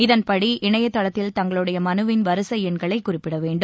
இதன்படி இணையதளத்தில் தங்களுடைய மனுவின் வரிசை எண்களை குறிப்பிடவேண்டும்